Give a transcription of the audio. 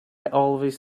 always